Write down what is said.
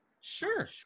Sure